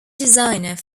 designer